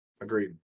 agreed